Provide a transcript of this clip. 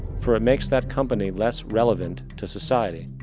for it makes that company less relevant to society.